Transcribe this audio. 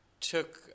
took